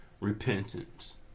repentance